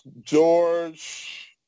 George